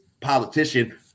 politician